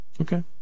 okay